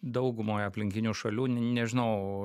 daugumoj aplinkinių šalių nežinau